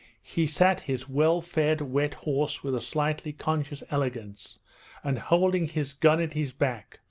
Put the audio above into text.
he sat his well-fed wet horse with a slightly conscious elegance and, holding his gun at his back,